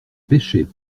pêchais